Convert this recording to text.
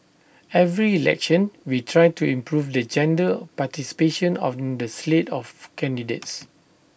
every election we try to improve the gender participation on the slate of candidates